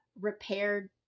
repaired